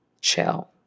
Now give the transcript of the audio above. chill